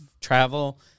travel